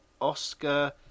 Oscar